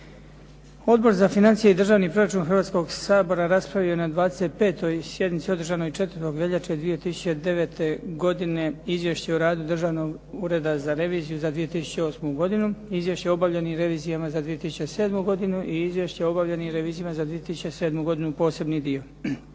Odbor za financije i državni proračun Hrvatskog sabora raspravio je na 25. sjednici održanoj 4. veljače 2009. godine Izvješće o radu Državnog ureda za reviziju za 2008. godinu, Izvješće obavljenih revizijama za 2007. godinu i Izvješće o obavljenim državnim revizijama za 2007. godinu posebni dio.